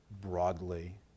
broadly